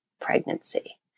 pregnancy